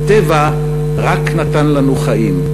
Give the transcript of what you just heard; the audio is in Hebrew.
הטבע רק נתן לנו חיים,